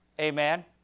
Amen